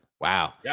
Wow